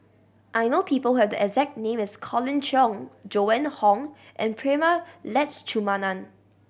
I know people who have the exact name as Colin Cheong Joan Hon and Prema Letchumanan